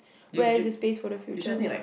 where is the space for the future